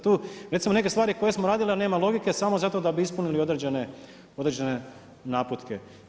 Tu recimo neke stvari koje smo radili a nema logike samo zato da bi ispunili određene naputke.